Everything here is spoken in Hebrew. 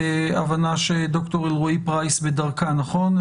בהבנה שד"ר אלרעי-פרייס בדרכה נכון?